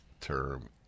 term